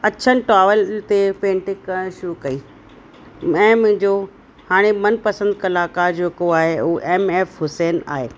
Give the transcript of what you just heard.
अछनि टॉवलनि ते पेंटिंग करण शुरू कई मैं मुंहिंजो हाणे मनपसंद कलाकार जो जेको आहे उहो एम एफ़ हुसैन आहे